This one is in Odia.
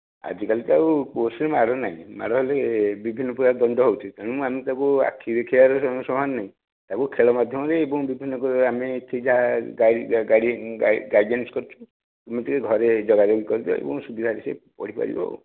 ଆଜିକାଲି ତ ଆଉ କେଉଁଥିରେ ମାଡ଼ ନାହିଁ ମାଡ଼ ହେଲେ ବିଭିନ୍ନପ୍ରକାର ଦଣ୍ଡ ହେଉଛି ତେଣୁ ଆମେ ତାକୁ ଆଖି ଦେଖାଇବାରେ ଶୁଣନ୍ତିନି ତାକୁ ଖେଳ ମାଧ୍ୟମରେ ଏବଂ ବିଭିନ୍ନପ୍ରକାର ଆମେ ଅଛି ଯାହା ଗାଇଡ଼େନ୍ସ କରୁଛୁ ତୁମେ ଟିକିଏ ଘରେ ଜଗା ଜଗି କରିଦିଅ ଏବଂ ସୁବିଧାରେ ସେ ପଢ଼ିପାରିବ ଆଉ